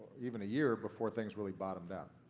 even a year before things really bottomed out.